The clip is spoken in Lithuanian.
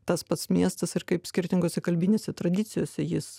tas pats miestas ir kaip skirtingose kalbinėse tradicijose jis